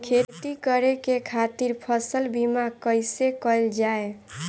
खेती करे के खातीर फसल बीमा कईसे कइल जाए?